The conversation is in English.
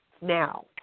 now